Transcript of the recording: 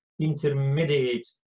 intermediate